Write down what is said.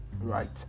right